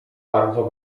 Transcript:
bardzo